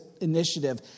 initiative